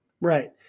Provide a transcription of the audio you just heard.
right